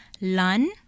learn